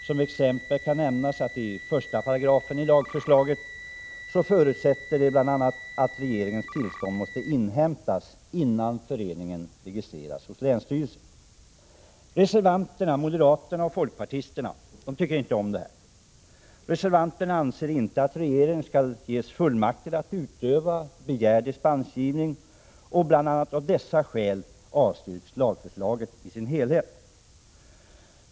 Som exempel kan här nämnas att det i första paragrafen i lagförslaget förutsätts att regeringens tillstånd måste inhämtas innan föreningen registreras hos länsstyrelsen. Reservanterna, moderaterna och folkpartisterna, tycker inte om detta. Reservanterna anser inte att regeringen skall ges fullmakt att utöva begärd dispensgivning. Av bl.a. dessa skäl avstyrks lagförslaget i sin helhet.